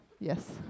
Yes